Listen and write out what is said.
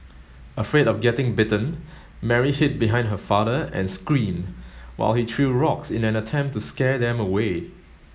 afraid of getting bitten Mary hid behind her father and screamed while he threw rocks in an attempt to scare them away